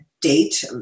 date